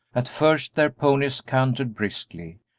at first their ponies cantered briskly,